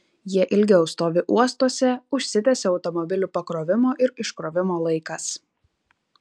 jie ilgiau stovi uostuose užsitęsia automobilių pakrovimo ir iškrovimo laikas